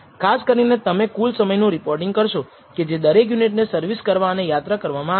ખાસ કરીને તમે કૂલ સમય નું રિપોર્ટિંગ કરશો કે જે દરેક યુનિટને સર્વિસ કરવા અને યાત્રા કરવામાં લાગ્યો